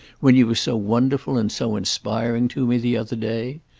when you were so wonderful and so inspiring to me the other day?